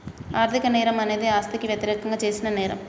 ఆర్థిక నేరం అనేది ఆస్తికి వ్యతిరేకంగా చేసిన నేరం